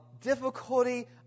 difficulty